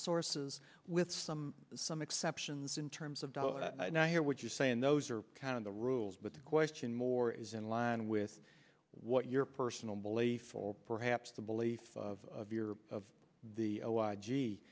sources with some some exceptions in terms of dollars and i hear what you're saying those are kind of the rules but the question more is in line with what your personal belief or perhaps the beliefs of your of the